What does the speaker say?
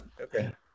Okay